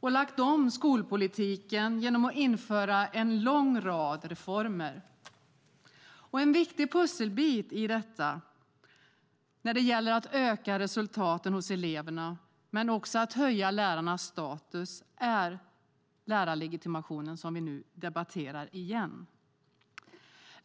och lagt om skolpolitiken genom att införa en lång rad reformer. En viktig pusselbit när det gäller att öka resultaten hos eleverna men också höja lärarnas status är lärarlegitimationen som vi nu debatterar igen.